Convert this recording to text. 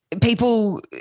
people